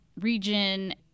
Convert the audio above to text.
region